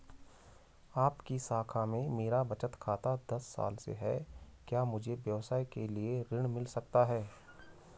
आपकी शाखा में मेरा बचत खाता दस साल से है क्या मुझे व्यवसाय के लिए ऋण मिल सकता है?